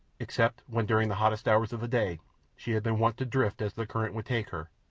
except when during the hottest hours of the day she had been wont to drift as the current would take her,